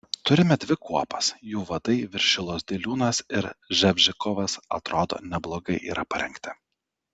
turime dvi kuopas jų vadai viršilos diliūnas ir ževžikovas atrodo neblogai yra parengti